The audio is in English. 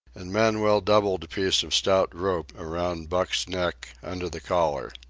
and manuel doubled a piece of stout rope around buck's neck under the collar.